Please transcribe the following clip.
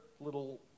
little